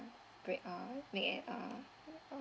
create uh make an uh uh